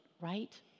right